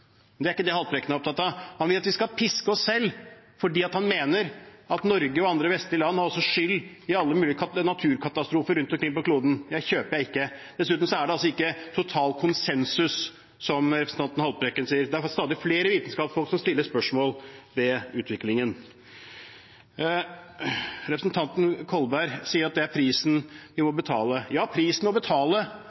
Det er ikke det Haltbrekken er opptatt av, han vil at vi skal piske oss selv fordi han mener at Norge og andre vestlige land har skyld i alle mulige naturkatastrofer rundt omkring på kloden. Det kjøper jeg ikke. Dessuten er det altså ikke total konsensus, som representanten Haltbrekken sier, det er stadig flere vitenskapsfolk som stiller spørsmål ved utviklingen. Representanten Kolberg sier at det er prisen vi må betale. Ja, prisen å betale